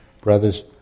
brothers